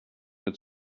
mehr